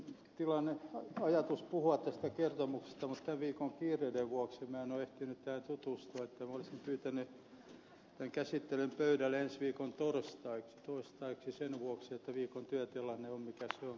minulla oli ajatus puhua tästä kertomuksesta mutta tämän viikon kiireiden vuoksi minä en ole ehtinyt tähän tutustua niin että minä olisin pyytänyt tämän käsittelyn pöydälle ensi viikon torstaiksi sen vuoksi että viikon työtilanne on mikä se on